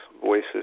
voices